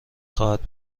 خواهد